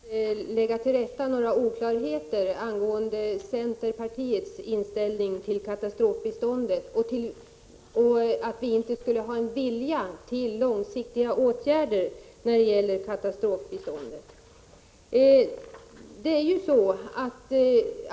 Herr talman! Jag var tvungen att begära ordet igen, för att lägga till rätta några oklarheter angående centerpartiets inställning till katastrofbiståndet, bl.a. att vi inte skulle vilja vidta långsiktiga åtgärder när det gäller detta bistånd.